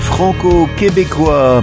Franco-québécois